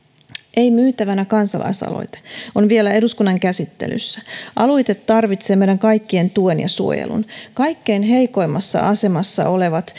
ei myytävänä kansalaisaloite on vielä eduskunnan käsittelyssä aloite tarvitsee meidän kaikkien tuen ja suojelun kaikkein heikoimmassa asemassa olevat